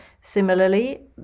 Similarly